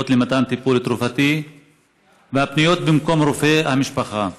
למתן טיפול תרופתי והפניות במקום רופא המשפחה.